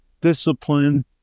discipline